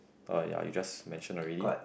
oh ya you just mention already